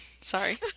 Sorry